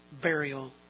burial